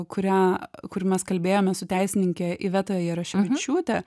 kurią kur mes kalbėjomės su teisininke iveta jaroševičiūte